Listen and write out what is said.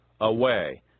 Away